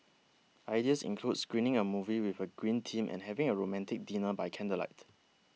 ideas include screening a movie with a green theme and having a romantic dinner by candlelight